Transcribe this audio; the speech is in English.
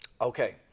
Okay